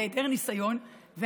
הניסיון.